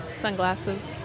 Sunglasses